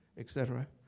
et cetera.